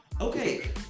okay